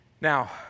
Now